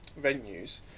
venues